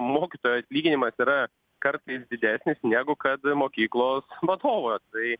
mokytojo atlyginimas yra kartais didesnis negu kad mokyklos vadovo tai